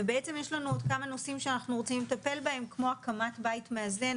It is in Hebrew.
ובעצם יש לנו עוד כמה נושאים שאנחנו רוצים לטפל בהם כמו הקמת בית מאזן.